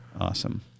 Awesome